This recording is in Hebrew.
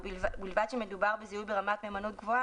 "ובלבד שמדובר בזיהוי ברמת מהימנות גבוהה",